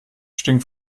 stinkt